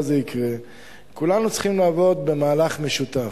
כולנו צריכים לעבוד במהלך משותף.